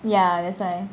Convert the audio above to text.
ya that's why